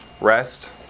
Rest